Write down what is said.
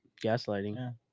Gaslighting